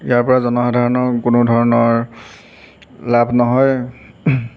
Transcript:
ইয়াৰ পৰা জনসাধাৰণৰ কোনো ধৰণৰ লাভ নহয়